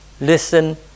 listen